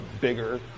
bigger